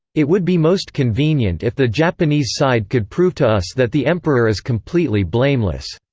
it would be most convenient if the japanese side could prove to us that the emperor is completely blameless.